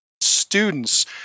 students